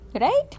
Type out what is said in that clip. right